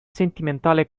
sentimentale